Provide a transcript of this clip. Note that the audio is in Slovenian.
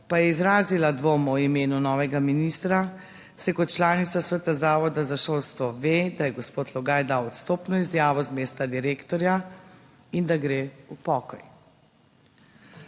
pa je izrazila dvom v imenu novega ministra, saj kot članica Sveta zavoda za šolstvo ve, da je gospod Logaj dal odstopno izjavo z mesta direktorja in da gre v pokoj.